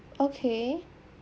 okay